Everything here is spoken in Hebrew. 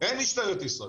אין משטרת ישראל.